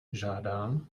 žádám